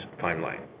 timeline